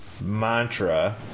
mantra